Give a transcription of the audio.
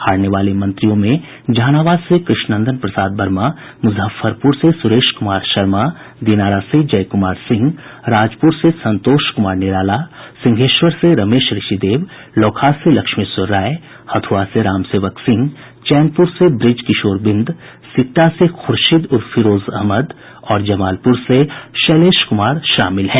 हारने वाले मंत्रियों में जहानाबाद से कृष्ण नंदन प्रसाद वर्मा मुजफ्फरपूर से सुरेश कुमार शर्मा दिनारा से जय कुमार सिंह राजपूर से संतोष कुमार निराला सिंहेश्वर से रमेश ऋषिदेव लोकहा से लक्ष्मेश्वर राय हथ्युआ से रामसेवक सिंह चैनपुर से बृजकिशोर बिंद सिकटा से खुर्शीद उर्फ फिरोज अहमद और जमालपूर से शैलेश कुमार शामिल हैं